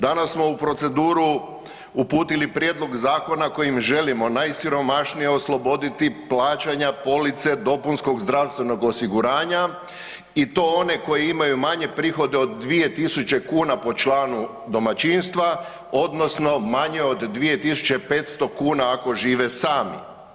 Danas smo u proceduru uputili prijedlog zakona kojim želimo najsiromašnije osloboditi plaćanja police dopunskog zdravstvenog osiguranja i to one koji imaju manje prihode od 2000 kn po članu domaćinstva odnosno manje od 2500 kn ako žive sami.